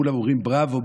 וכולם אומרים "בראבו",